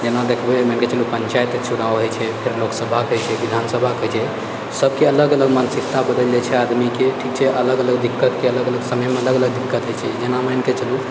जेना देखबै मानि कऽचलू पञ्चायतके चुनाव होइत छै फेर लोकसभाके होइत छै विधानसभाके होइत छै सबके अलग अलग मानसिकता बदलि जाइत छै आदमीके ठीक छै अलग अलग दिक्कतके अलग अलग समयमे अलग अलग दिक्कत होइत छै जेना मानिके चलू